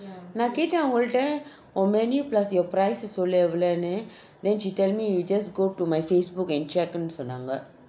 நான் கேட்டேன் அவுங்க கிட்ட உண்:naan kaetaen avunga kita un menu plus your price சொல்லு எவ்வளவு:sollu evallavu then she tell me you just go to my facebook and check இன்னு சொன்னாங்க:innu sonnanga